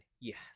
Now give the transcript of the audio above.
Yes